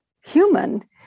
human